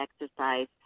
exercise